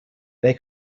they